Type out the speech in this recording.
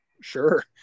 Sure